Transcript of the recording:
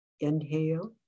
Inhale